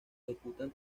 ejecutan